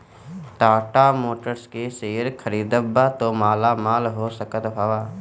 Tata Motors के share खरीदबअ त मालामाल हो सकत हवअ